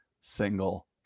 single